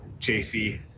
JC